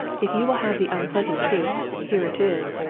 if you will have the unpleasant truth, here it is.